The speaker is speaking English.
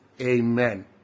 Amen